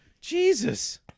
Jesus